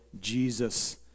Jesus